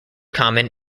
common